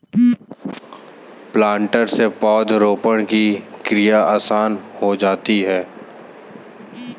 planter से पौधरोपण की क्रिया आसान हो जाती है